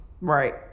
Right